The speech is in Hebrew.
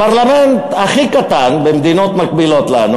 הפרלמנט הכי קטן במדינות מקבילות לנו